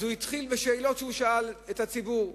הוא התחיל בשאלות שהוא שאל את הציבור,